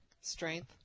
Strength